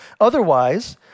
Otherwise